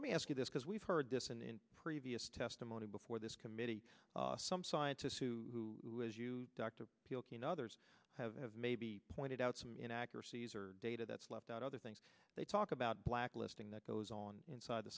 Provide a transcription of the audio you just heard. let me ask you this because we've heard this in previous testimony before this committee some scientists who as you talk to others have maybe pointed out some inaccuracies or data that's left out other things they talk about blacklisting that goes on inside the